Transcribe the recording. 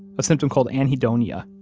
a symptom called anhedonia,